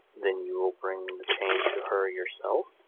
then you will bring the chain to her yourself?